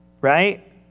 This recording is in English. right